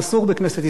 בשם הכנסת.